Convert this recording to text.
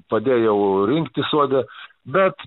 padėjau rinkti sode bet